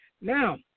Now